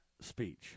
speech